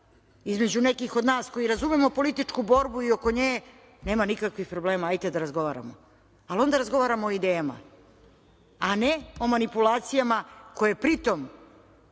između nekih od nas koji razumemo političku borbu i oko nje nema nikakvih problema, ajte da razgovaramo, ali onda razgovaramo o idejama, a ne o manipulacijama koje pritom